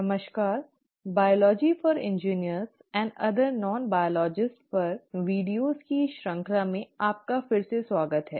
नमस्कार biology for engineers and other non biologist पर video की इन श्रृंखलाओं में आपका फिर से स्वागत है